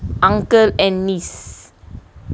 uncle and niece